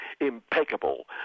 impeccable